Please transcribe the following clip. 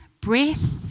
breath